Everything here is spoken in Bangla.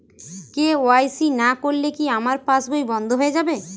কে.ওয়াই.সি না করলে কি আমার পাশ বই বন্ধ হয়ে যাবে?